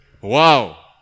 Wow